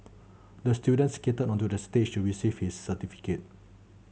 the student skated onto the stage to receive his certificate